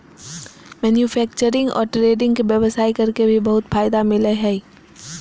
manufacturing और trading के व्यवसाय कर के भी बहुत फायदा मिलय हइ